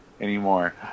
anymore